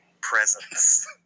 presence